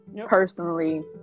personally